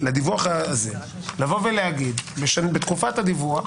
לדיווח הזה, שבתקופת הדיווח